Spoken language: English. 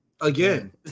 again